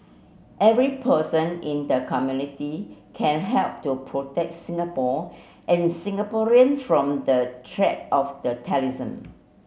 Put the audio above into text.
every person in the community can help to protect Singapore and Singaporeans from the threat of the terrorism